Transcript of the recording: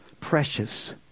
precious